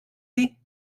sie